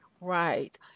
Right